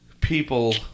people